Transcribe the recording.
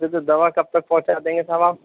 تو دوا کب تک پہنچا دیں گے آپ